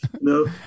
No